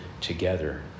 together